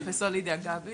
אני פרופ' לידיה גביס.